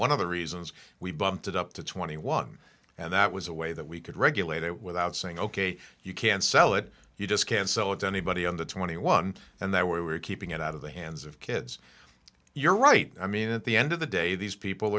one of the reasons we bumped it up to twenty one and that was a way that we could regulate it without saying ok you can sell it you just can't sell it to anybody on the twenty one and that we were keeping it out of the hands of kids you're right i mean at the end of the day these people